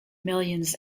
millions